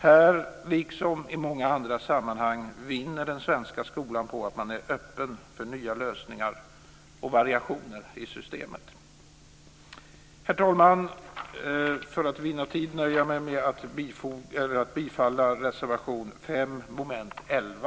Här liksom i många andra sammanhang vinner den svenska skolan på att man är öppen för nya lösningar och variationer i systemet. Herr talman! För att vinna tid nöjer jag mig med att yrka bifall till reservation 5 under mom. 11.